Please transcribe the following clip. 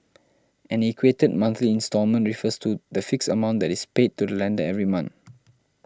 an equated monthly instalment refers to the fixed amount that is paid to the lender every month